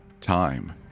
time